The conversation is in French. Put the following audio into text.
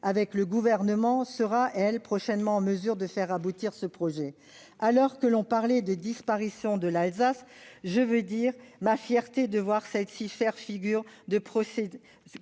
avec le Gouvernement, sera prochainement en mesure, quant à elle, de faire aboutir ce projet. Alors que l'on parlait de disparition de l'Alsace, je veux dire ma fierté de voir celle-ci faire figure de précurseur